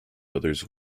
others